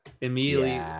immediately